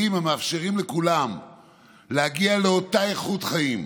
המאפשרים לכולם להגיע לאותה איכות חיים,